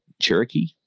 Cherokee